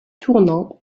tournant